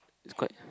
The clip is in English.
it's quite